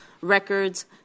Records